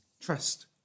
trust